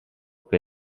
che